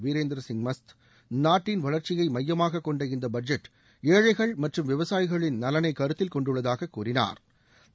வீரேந்திரசிங் மஸ்த் நாட்டின் வளர்ச்சியை மையமாக கொண்ட இந்த பட்ஜெட் ஏழைகள் மற்றும் விவசாயிகளின் நலனை கருத்தில் கொண்டுள்ளதாக கூறினாா்